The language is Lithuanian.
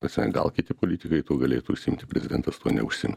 esą gal kiti politikai tuo galėtų užsiimti prezidentas tuo neužsiima